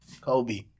Kobe